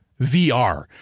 VR